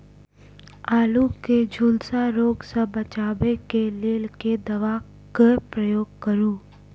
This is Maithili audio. आलु केँ झुलसा रोग सऽ बचाब केँ लेल केँ दवा केँ प्रयोग करू?